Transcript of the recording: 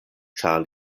ĉar